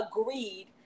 agreed